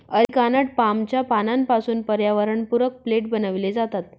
areca nut पामच्या पानांपासून पर्यावरणपूरक प्लेट बनविले जातात